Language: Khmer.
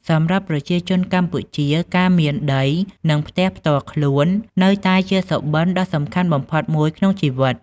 សម្រាប់ប្រជាជនកម្ពុជា ការមានដី និងផ្ទះផ្ទាល់ខ្លួន នៅតែជាសុបិនដ៏សំខាន់បំផុតមួយក្នុងជីវិត។